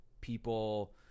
people –